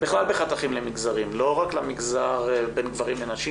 בכלל בחתכים למגזרים לא רק בין גברים לנשים